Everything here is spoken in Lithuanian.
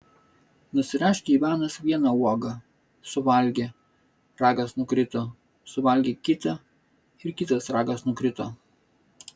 nusiraškė ivanas vieną uogą suvalgė ragas nukrito suvalgė kitą ir kitas ragas nukrito